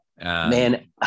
man